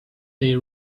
they